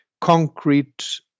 concrete